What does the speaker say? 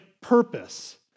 purpose